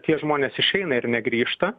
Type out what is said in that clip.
tie žmonės išeina ir negrįžta